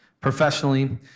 professionally